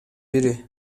бири